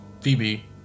Phoebe